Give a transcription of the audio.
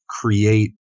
create